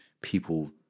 people